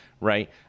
right